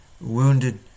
wounded